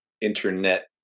internet